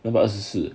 两百二十四